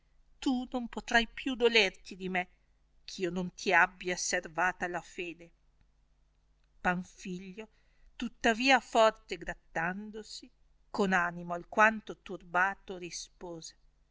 tu non potrai più dolerti di me eh io non ti abbia servata la fede panfilio tuttavia forte grattandosi con animo alquanto turbato rispose